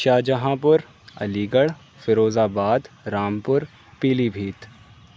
شاہجہاں پور Aligarh Firozabad Rampur پیلی بھیت